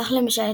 כך למשל,